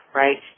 right